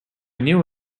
knew